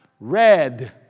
Red